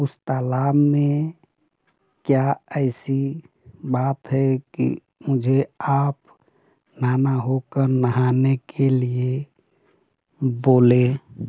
उस तालाब में क्या ऐसी बात है कि मुझे आप नाना होकर मुझे नहाने के लिए बोले